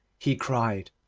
he cried.